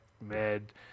med